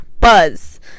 buzz